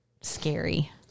scary